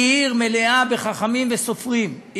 היא עיר מלאה בחכמים וסופרים,